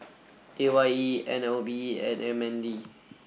A Y E N L B and M N D